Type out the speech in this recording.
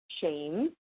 shame